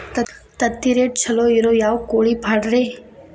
ತತ್ತಿರೇಟ್ ಛಲೋ ಇರೋ ಯಾವ್ ಕೋಳಿ ಪಾಡ್ರೇ?